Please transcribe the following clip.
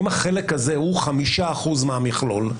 אם החלק הזה הוא 5 אחוזים מהמכלול,